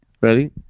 Ready